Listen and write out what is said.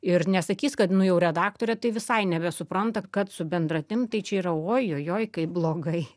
ir nesakys kad nu jau redaktorė tai visai nebesupranta kad su bendratimi tai čia yra ojojoj kaip blogai